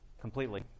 completely